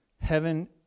heaven